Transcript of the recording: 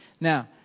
Now